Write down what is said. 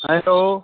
hello